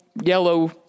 yellow